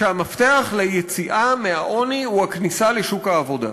שהמפתח ליציאה מהעוני הוא הכניסה לשוק העבודה.